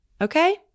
okay